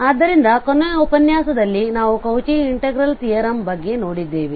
ಆದ್ದರಿಂದ ಕೊನೆಯ ಉಪನ್ಯಾಸವದಲ್ಲಿ ನಾವು ಕೌಚಿ ಇಂಟಿಗ್ರೇಲ್ ತಿಯರಮ್ ಬಗ್ಗೆ ನೋಡಿದ್ದೇವೆ